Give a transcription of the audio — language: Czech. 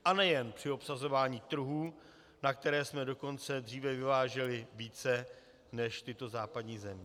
A nejen při obsazování trhů, na které jsme dokonce dříve vyváželi více než tyto západní země.